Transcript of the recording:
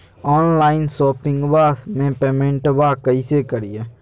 Online शोपिंगबा में पेमेंटबा कैसे करिए?